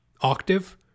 Octave